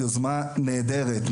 יוזמה נהדרת,